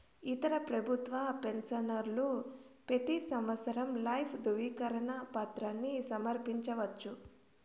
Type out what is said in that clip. ఇతర పెబుత్వ పెన్సవర్లు పెతీ సంవత్సరం లైఫ్ దృవీకరన పత్రాని సమర్పించవచ్చు